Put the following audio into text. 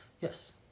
yes